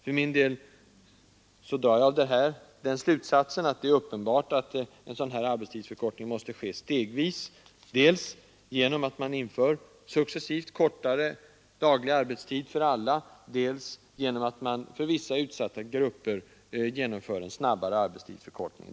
För min del drar jag av detta den slutsatsen att det är uppenbart att en sådan här arbetstidsförkortning — även om den prioriteras, vilket är önskvärt — måste ske stegvis, dels genom att man inför successivt kortare daglig arbetstid för alla, dels genom att man för vissa utsatta grupper genomför en snabbare arbetstidsförkortning.